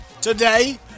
today